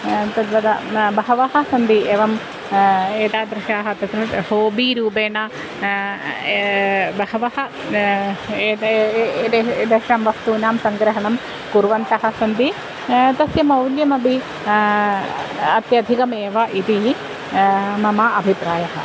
तद्वता न बहवः सन्ति एवं एतादृशाः तस्मिन् होबि रूपेण बहवः एतेषां वस्तूनां सङ्ग्रहणं कुर्वन्तः सन्ति तस्य मौल्यमपि अत्यधिकमेव इति मम अभिप्रायः